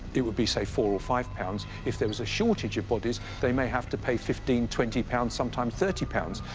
it would be, say, four or five pounds. if there was a shortage of bodies, they may have to pay fifteen, twenty pounds, sometime thirty pounds.